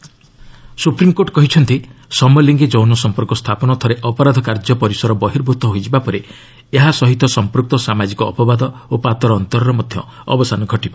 SC homosexuality supreme court କହିଛନ୍ତି ସମଲିଙ୍ଗି ଯୌନ ସମ୍ପର୍କ ସ୍ଥାପନ ଥରେ ଅପରାଧ କାର୍ଯ୍ୟ ପରିସର ବର୍ହିଭ୍ରତ ହୋଇଯିବା ପରେ ଏହା ସହ ସମ୍ପୁକ୍ତ ସାମାଜିକ ଅପବାଦ ଓ ପାତର ଅନ୍ତରର ମଧ୍ୟ ଅବସାନ ଘଟିବ